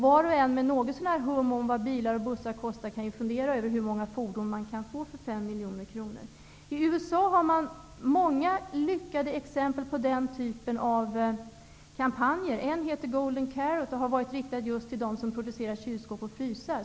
Var och en som har något så när hum om vad bilar och bussar kostar kan ju fundera över hur många fordon man kan få för 5 miljoner kronor. I USA har man många lyckade exempel på denna typ av kampanjer. En heter Golden carrot. Den har varit riktad till just dem som producerar kylskåp och frysar.